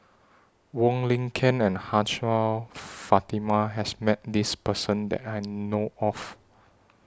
Wong Lin Ken and Hajjah Fatimah has Met This Person that I know of